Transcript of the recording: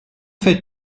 fais